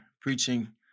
preaching